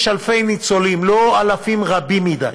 יש אלפי ניצולים, לא אלפים רבים מדי,